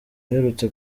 aherutse